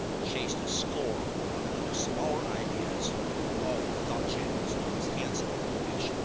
chased a score of other smaller ideas through all the thought-channels of his handsome, boyish,